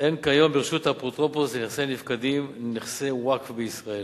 אין כיום ברשות האפוטרופוס לנכסי נפקדים נכסי ווקף בישראל.